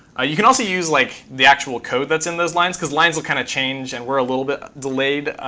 ah you can also use like the actual code that's in those lines because lines will kind of change and we're a little bit delayed,